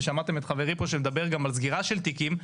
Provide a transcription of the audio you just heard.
ושמעתם את חברי פה שמדבר גם על סגירה של תיקים,